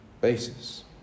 basis